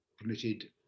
committed